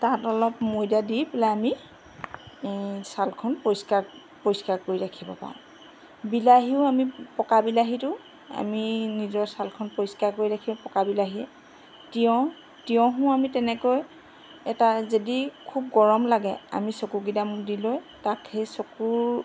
তাত অলপ ময়দা দি পেলাই আমি ছালখন পৰিষ্কাৰ পৰিষ্কাৰ কৰি ৰাখিব পাৰোঁ বিলাহীও আমি পকা বিলাহীটো আমি নিজৰ ছালখন পৰিষ্কাৰ কৰি ৰাখোঁ পকা বিলাহীয়ে তিয়ঁহ তিয়ঁহো আমি তেনেকৈ এটা যদি খুব গৰম লাগে আমি চকুকেইটা মুদিলৈ তাক সেই চকুৰ